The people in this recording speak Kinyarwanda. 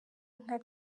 nka